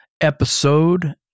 episode